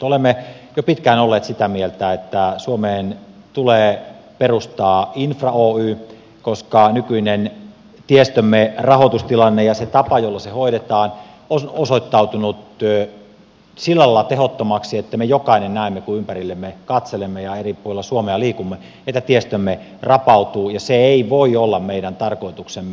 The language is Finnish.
olemme jo pitkään olleet sitä mieltä että suomeen tulee perustaa infra oy koska nykyinen tiestömme rahoitustilanne ja se tapa jolla se hoidetaan on osoittautunut sillä lailla tehottomaksi että me jokainen näemme kun ympärillemme katselemme ja eri puolilla suomea liikumme että tiestömme rapautuu ja se ei voi olla meidän tarkoituksemme